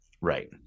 right